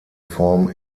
form